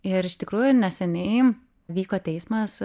ir iš tikrųjų neseniai vyko teismas